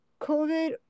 COVID